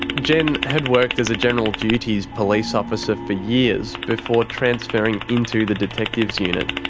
jen had worked as a general duties police officer for years before transferring into the detectives unit.